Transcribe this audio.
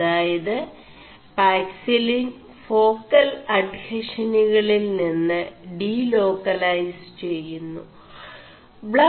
അതായത് പാക ിലിൻ േഫാ ൽ അഡ്െഹഷനുകളിൽ നിM് ഡിേലാ ൈലസ് െചgMു